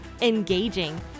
engaging